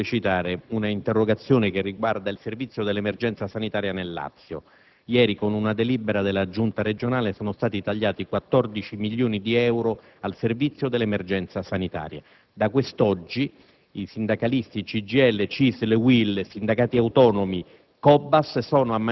"Il link apre una nuova finestra") riguardante il Servizio dell'emergenza sanitaria nel Lazio. Ieri, con una delibera della Giunta regionale, sono stati tagliati 14 milioni di euro al Servizio dell'emergenza sanitaria. Da quest'oggi i sindacalisti della CGIL, CISL, UIL, dei sindacati autonomi